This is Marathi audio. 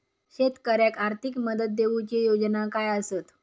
शेतकऱ्याक आर्थिक मदत देऊची योजना काय आसत?